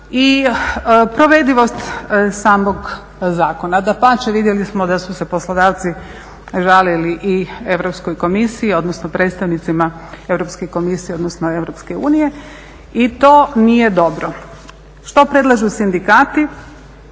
I provedivost samog zakona. Dapače, vidjeli smo da su se poslodavci žalili i Europskoj komisiji odnosno predstavnicima Europske komisije odnosno Europske unije i to nije dobro. Što predlažu sindikati?